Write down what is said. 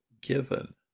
given